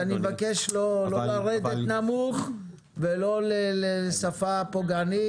אני מבקש לא לרדת נמוך ולא בשפה פוגענית.